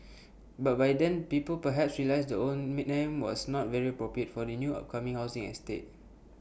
but by then people perhaps realised the own name was not very appropriate for the new upcoming housing estate